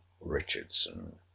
Richardson